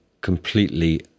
completely